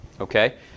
Okay